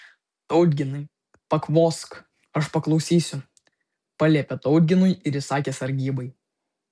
tautginai pakvosk aš paklausysiu paliepė tautginui ir įsakė sargybai